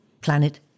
planet